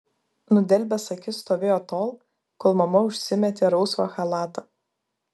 nudelbęs akis stovėjo tol kol mama užsimetė rausvą chalatą